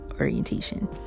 orientation